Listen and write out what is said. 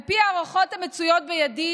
על פי ההערכות המצויות בידי,